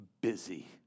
busy